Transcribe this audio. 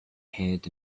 head